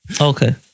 Okay